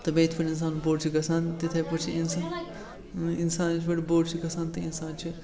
تہٕ بیٚیہِ یِتھ پٲٹھۍ اِنسان بوٚڑ چھِ گژھان تِتھَے پٲٹھۍ چھِ اِنسان اِنسان یِتھ پٲٹھۍ بوٚڑ چھِ گژھان تہٕ اِنسان چھِ